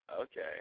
Okay